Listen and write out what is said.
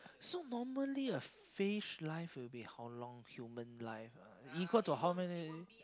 so normally a fish life will be how long human life equal to how many